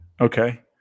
Okay